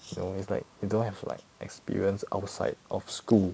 you know it's like you don't have like experience outside of school